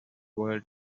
world